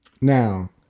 Now